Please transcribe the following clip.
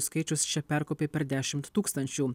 skaičius čia perkopė per dešimt tūkstančių